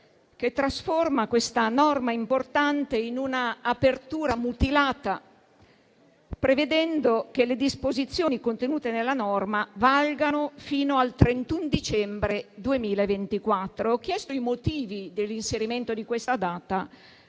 che trasforma questa norma importante in un'apertura mutilata, prevedendo che le disposizioni contenute nella norma valgano fino al 31 dicembre 2024. Ho chiesto i motivi dell'inserimento di questa data,